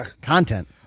Content